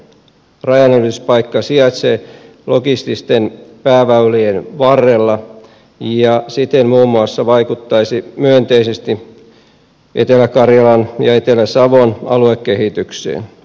rajanylityspaikka sijaitsee logististen pääväylien varrella ja siten muun muassa vaikuttaisi myönteisesti etelä karjalan ja etelä savon aluekehitykseen